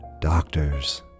doctors